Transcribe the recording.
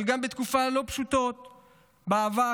אבל גם בתקופות לא פשוטות בעבר,